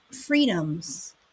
freedoms